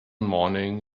morning